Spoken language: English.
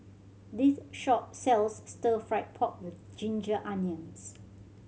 this shop sells Stir Fried Pork With Ginger Onions